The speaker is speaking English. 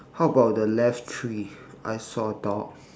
how about the left tree I saw a dog